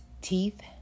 teeth